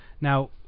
now